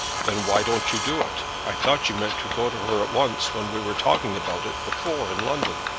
then why don't you do it? i thought you meant to go to her at once when we were talking about it before in london.